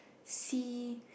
see